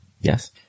Yes